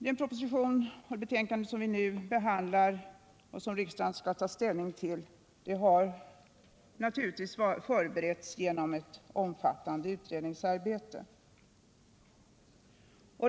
Den proposition och det betänkande som vi nu behandlar och som riksdagen skall ta ställning till har naturligtvis förberetts genom ett omfattande utredningsarbete.